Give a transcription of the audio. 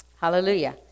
Hallelujah